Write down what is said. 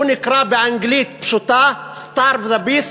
הוא נקרא באנגלית פשוטה ""starve the beast.